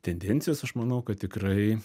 tendencijos aš manau kad tikrai